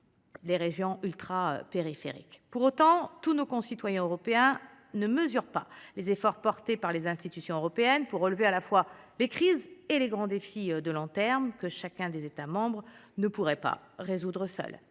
les régions ultrapériphériques. Pour autant, tous les citoyens européens ne mesurent pas les efforts des institutions européennes pour gérer les crises et relever les grands défis de long terme que chacun des États membres ne pourrait pas affronter seul.